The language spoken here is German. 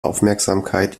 aufmerksamkeit